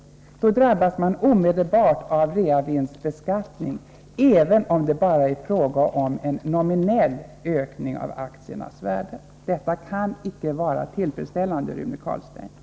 Då drabbas man omedelbart av reavinstbeskattning, även om det bara är fråga om en nominell ökning av aktiernas värde. Detta kan inte vara tillfredsställande, Rune Carlstein.